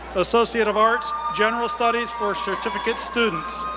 associate of arts, general studies for certificate students.